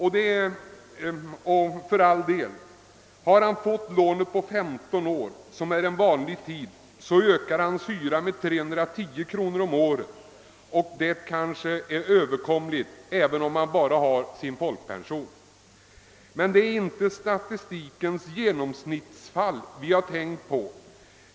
Har han fått lånet på 15 år — som är det vanliga — ökar det hans hyra med ungefär 310 kronor om året, och det är kanske överkomligt även om han bara har sin folkpension. Men det är inte statistikens ge nomsnittsfall vi har tänkt på.